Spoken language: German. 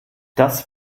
das